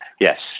Yes